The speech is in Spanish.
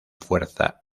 fuerza